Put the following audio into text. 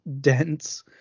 dense